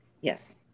Yes